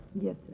Yes